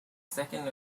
second